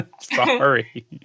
Sorry